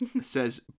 says